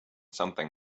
something